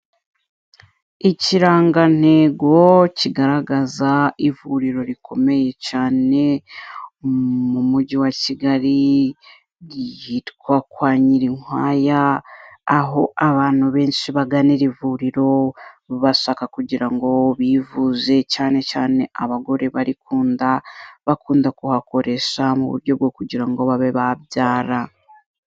Ikirangantego kigaragaza ivuriro rikomeye cane, mu mujyi wa Kigali ryitwa kwa Nyirinkwaya; aho abantu benshi bagana iri vuriro, bashaka kugira ngo bivuze cyane cyane abagore bari ku nda, bakunda kuhakoresha mu buryo bwo kugira ngo babe babyara.